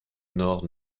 nord